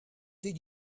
did